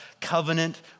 covenant